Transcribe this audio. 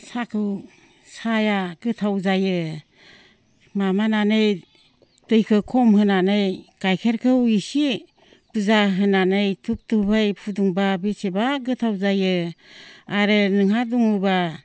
साहाखौ साहाया गोथाव जायो माबानानै दैखो खम होनानै गाइखेरखौ इसे बुरजा होनानै टुप टुपै फुदुंबा बेसेबा गोथाव जायो आरो नोंहा दङबा